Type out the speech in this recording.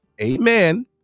Amen